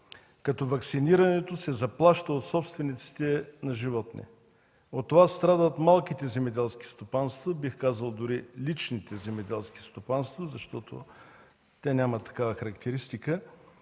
дело. Ваксинирането се заплаща от собствениците на животните. От това страдат малките земеделски стопанства, бих казал, дори личните земеделски стопанства, защото те нямат такава характеристика,